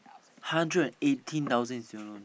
hundred and eighteen thousand in student loan